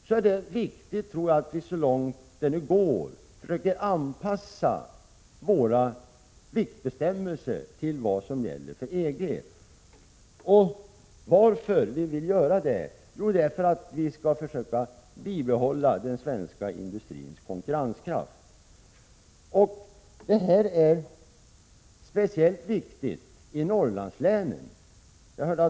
Då är det viktigt att vi så långt det går försöker anpassa våra viktbestämmelser till vad som gäller för EG. Och varför vill vi göra det? Jo, för att försöka bibehålla den svenska industrins konkurrenskraft. Det är speciellt viktigt i Norrlandslänen.